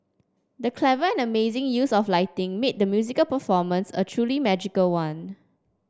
the clever and amazing use of lighting made the musical performance a truly magical one